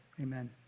amen